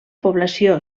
població